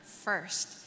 first